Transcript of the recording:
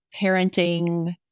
parenting